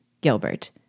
Gilbert